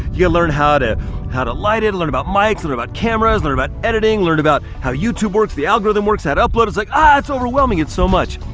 you gotta learn how to how to light it, learn about mics, learn about cameras, learn about editing, learn about how youtube works, the algorithm works, how to upload, it's like aah, its overwhelming! it's so much.